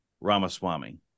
Ramaswamy